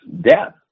death